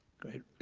great,